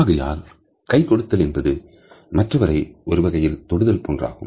ஆகையால் கை கொடுத்தல் என்பது மற்றவரை ஒருவகையில் தொடுதல் போன்றாகும்